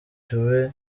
tube